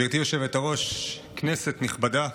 גברתי היושבת-ראש, כנסת נכבדה,